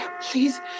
please